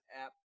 app